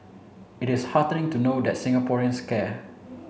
it is heartening to know that Singaporeans care